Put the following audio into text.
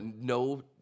no